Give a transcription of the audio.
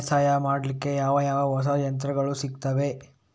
ಬೇಸಾಯ ಮಾಡಲಿಕ್ಕೆ ಯಾವ ಯಾವ ಹೊಸ ಯಂತ್ರಗಳು ಸಿಗುತ್ತವೆ?